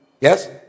Yes